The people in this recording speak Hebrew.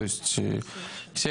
אבל אנחנו ביטלנו אותם.